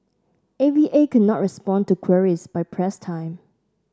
A V A could not respond to queries by press time